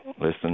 Listen